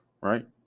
right